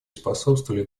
способствовали